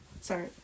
sorry